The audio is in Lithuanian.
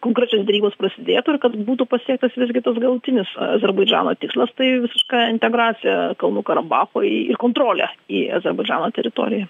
konkrečios derybos prasidėtų ir kad būtų pasiektas visgi tas galutinis azerbaidžano tikslas tai visiška integracija kalnų karabacho į kontrolę į azerbaidžano teritoriją